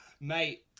Mate